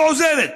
לא עוזרת,